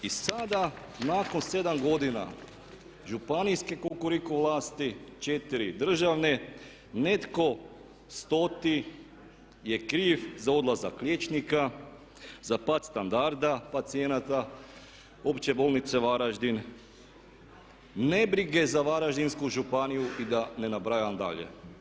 I sada nakon 7 godina županijske Kukuriku vlasti 4 državne netko stoti je kriv za odlazak liječnika, za pad standarda pacijenata Opće bolnice Varaždin, nebrige za Varaždinsku županiju i da ne nabrajam dalje.